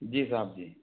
जी साहब जी